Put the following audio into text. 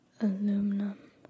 Aluminum